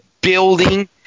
building